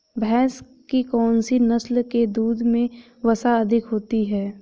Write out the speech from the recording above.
भैंस की कौनसी नस्ल के दूध में वसा अधिक होती है?